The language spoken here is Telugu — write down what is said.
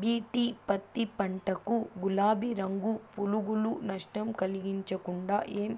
బి.టి పత్తి పంట కు, గులాబీ రంగు పులుగులు నష్టం కలిగించకుండా ఏం